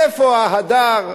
איפה ההדר?